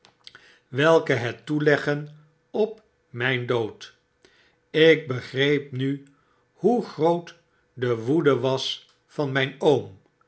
welke het toeleggen op mijn dood ik begreep nu hoe groot de woede was van mijn oom